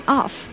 off